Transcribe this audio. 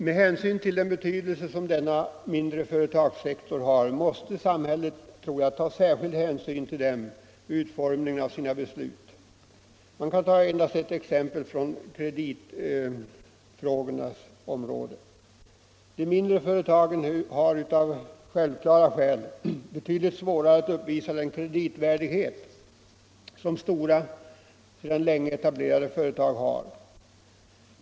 Med hänsyn till den betydelse som de mindre och medelstora företagens verksamhet har tror jag att samhället måste ta särskild hänsyn till dem vid utformningen av sina beslut. Låt mig endast ta ett exempel från kreditgivningens område. De mindre företagen har av självklara skäl betydligt svårare att uppvisa en sådan kreditvärdighet som stora sedan länge väl etablerade företag har.